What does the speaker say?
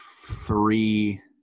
three